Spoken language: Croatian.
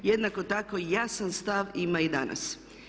Jednako tako jasan stav ima i danas.